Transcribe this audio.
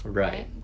Right